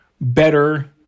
better